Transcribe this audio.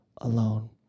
alone